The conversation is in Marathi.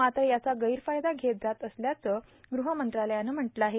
मात्र याचा गैरफायदा घेतला जात असल्याचं गृह मंत्रालयानं म्हटलं आहे